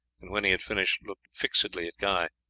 and when he had finished looked fixedly at guy.